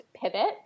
pivot